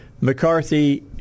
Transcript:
McCarthy